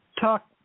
talk